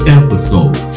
episode